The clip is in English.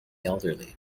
elderly